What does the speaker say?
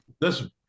Listen